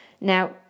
Now